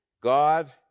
God